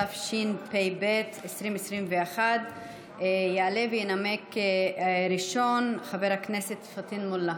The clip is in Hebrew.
התשפ"ב 2021. יעלה וינמק ראשון חבר הכנסת פטין מולא,